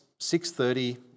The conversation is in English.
6.30